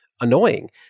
annoying